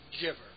giver